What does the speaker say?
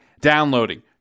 downloading